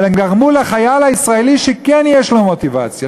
אבל הם גרמו לחייל הישראלי שכן יש לו מוטיבציה,